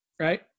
Right